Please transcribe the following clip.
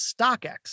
StockX